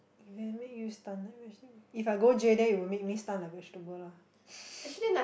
event make you stunt like vegetable if I go jail then it will make me stunt like vegetable lah